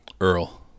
Earl